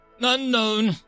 Unknown